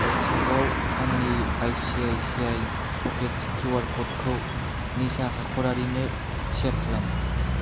अवाट्सापाव आंनि I C I C I Pockets QR क'डखौ निसा हाख'रारिनो सेयार खालाम